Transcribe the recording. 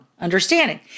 understanding